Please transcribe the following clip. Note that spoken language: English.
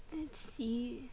let's see